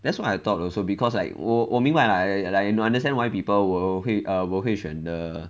that's what I thought also because like 我我明白 like I I understand why people will 会 will 会选 the